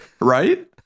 Right